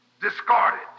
discarded